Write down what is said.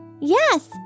Yes